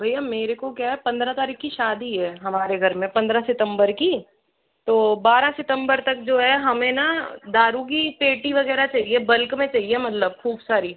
भैया मुझे क्या है पंद्रह तारीख की शादी है हमारे घर में पंद्रह सितंबर की तो बारह सितंबर तक जो है हमें ना दारू की पेटी वगैरह चाहिए बल्क में चाहिए मतलब खूब सारी